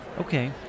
Okay